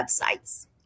websites